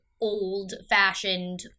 old-fashioned